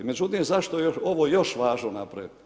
Međutim, zašto je ovo još važno napraviti?